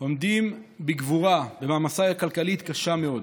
עומדות בגבורה במעמסה כלכלית קשה מאוד.